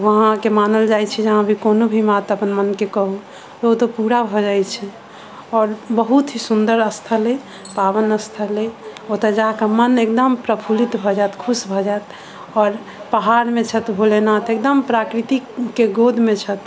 वहाँ के मानल जाइ छै जे वहाँ कोनो भी बात अपन मन के कहू ओतऽ पूरा भऽ जाइ छै आओर बहुत ही सुन्दर स्थल अछि पाबन स्थल अछि ओतऽ जा कऽ मन एकदम प्रफुल्लित भऽ जायत खुश भऽ जायत आओर पहाड़ मे छथि भोलेनाथ एकदम प्राकृतिक के गोद मे छैथ